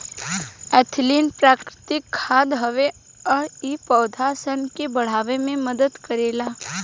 ethylene प्राकृतिक खाद हवे आ इ पौधा सन के बढ़े में मदद करेला